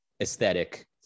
aesthetic